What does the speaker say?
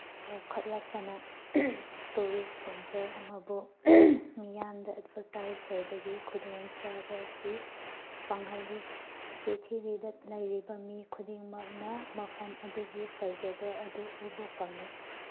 ꯆꯥꯎꯈꯠꯂꯛꯄꯅ tourist centre ꯑꯃꯕꯨꯨ ꯃꯤꯌꯥꯝꯗ ꯑꯦꯗꯚꯔꯇꯥꯏꯁ ꯇꯧꯕꯒꯤ ꯈꯨꯗꯣꯡꯆꯥꯕ ꯑꯁꯤ ꯐꯪꯍꯜꯂꯤ ꯄ꯭ꯔꯤꯊꯤꯕꯤꯗ ꯂꯩꯔꯤꯕ ꯃꯤ ꯈꯨꯗꯤꯡꯃꯛꯅ ꯃꯐꯝ ꯑꯗꯨꯒꯤ ꯐꯖꯕ ꯑꯗꯨ ꯎꯕ ꯐꯪꯉꯤ